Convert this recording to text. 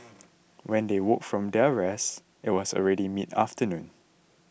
when they woke up from their rest it was already midafternoon